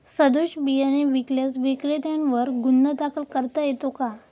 सदोष बियाणे विकल्यास विक्रेत्यांवर गुन्हा दाखल करता येतो का?